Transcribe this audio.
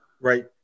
Right